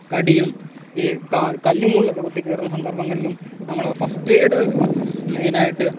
കടിയും ഈ കല്ലും മുള്ളും ഒക്കെ കുത്തിക്കയറുന്ന സന്ദർഭങ്ങളിലും നമ്മൾ ഫസ്റ്റെയ്ഡ് മെയിൻ ആയിട്ട്